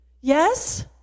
Yes